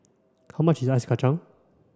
how much is Ice Kachang